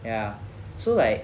ya so like